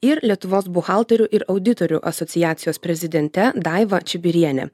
ir lietuvos buhalterių ir auditorių asociacijos prezidente daiva čibiriene